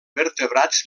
vertebrats